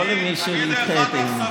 לא למי שידחה את האי-אמון.